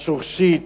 השורשית,